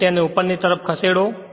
તેથી તેને ઉપરની તરફ ખસેડો